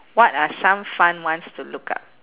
what are some fun ones to look up